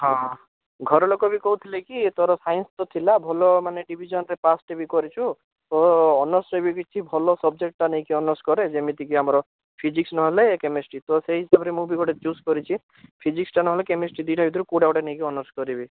ହଁ ଘରଲୋକ ବି କହୁଥିଲେ କି ତୋର ସାଇନ୍ସ ତ ଥିଲା ଭଲ ମାନେ ଡିଭିଜନ୍ରେ ପାସ୍ଟେ ବି କରିଛୁ ତ ଅନର୍ସରେ ବି କିଛି ଭଲ ସବଜେକ୍ଟଟା ନେଇକି ଅନର୍ସ କରେ ଯେମିତିକି ଆମର ଫିଜିକ୍ସ ନହେଲେ କେମେଷ୍ଟ୍ରି ତ ସେଇ ହିସାବରେ ମୁଁ ବି ଗୋଟେ ଚୂଜ୍ କରିଛି ଫିଜିକ୍ସଟା ନହେଲେ କେମେଷ୍ଟ୍ରି ଦୁଇଟା ଭିତରୁ କେଉଁଟା ଗୋଟେ ନେଇକି ଅନର୍ସ କରିବି